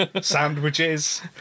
sandwiches